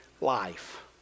life